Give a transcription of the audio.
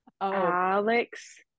Alex